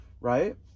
right